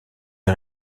les